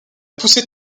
poussé